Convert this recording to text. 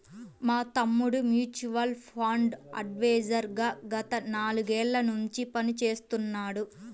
మా తమ్ముడు mutual fund advisor గా గత నాలుగేళ్ళ నుంచి పనిచేస్తున్నాడు